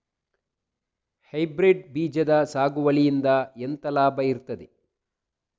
Hybrid ಬೀಜದ ಸಾಗುವಳಿಯಿಂದ ಎಂತ ಲಾಭ ಇರ್ತದೆ?